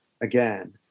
again